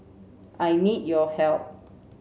I need your help